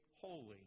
holy